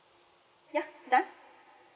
ya done